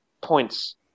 points